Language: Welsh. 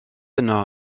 yno